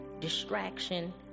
distraction